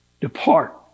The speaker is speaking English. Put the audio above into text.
depart